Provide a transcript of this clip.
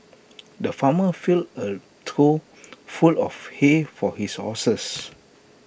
the farmer filled A trough full of hay for his horses